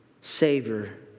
savior